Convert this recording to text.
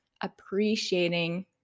appreciating